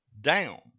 down